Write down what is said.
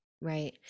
Right